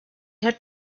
had